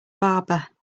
barber